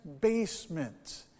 basement